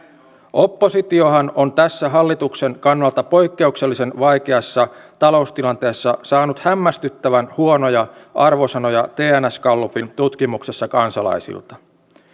oppositiohan on tässä hallituksen kannalta poikkeuksellisen vaikeassa taloustilanteessa saanut hämmästyttävän huonoja arvosanoja tns gallupin tutkimuksessa kansalaisilta